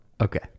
Okay